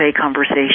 conversation